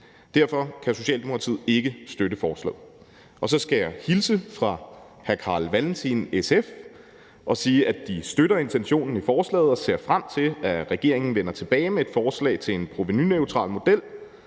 Derfor kan Socialdemokratiet ikke støtte forslaget. Så skal jeg hilse fra hr. Carl Valentin, SF, og sige, at de støtter intentionen i forslaget og ser frem til, at regeringen vender tilbage med et forslag til en provenuneutral model,